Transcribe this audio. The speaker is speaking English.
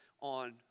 on